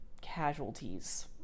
casualties